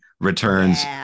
returns